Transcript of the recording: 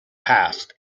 past